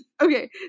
Okay